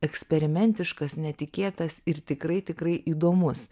eksperimentiškas netikėtas ir tikrai tikrai įdomus